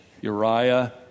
Uriah